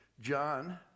john